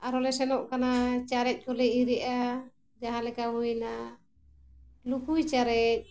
ᱟᱨᱦᱚᱸ ᱞᱮ ᱥᱮᱱᱚᱜ ᱠᱟᱱᱟ ᱪᱟᱨᱮᱡ ᱠᱚᱞᱮ ᱤᱨᱮᱜᱼᱟ ᱡᱟᱦᱟᱸ ᱞᱮᱠᱟ ᱦᱩᱭᱮᱱᱟ ᱞᱩᱠᱩᱭ ᱪᱟᱨᱮᱡ